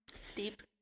Steep